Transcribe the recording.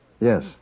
Yes